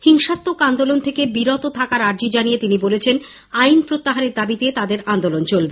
হিংসাত্মক আন্দোলন থেকে বিরত থাকার আর্জি জানিয়ে তিনি বলেছেন আইন প্রত্যাহারের দাবিতে তাদের আন্দোলন চলবে